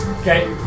Okay